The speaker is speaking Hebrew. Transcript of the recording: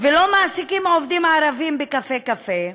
ולא מעסיקים עובדים ערבים ב"קפה-קפה",